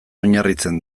oinarritzen